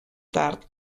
tard